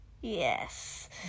Yes